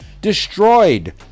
destroyed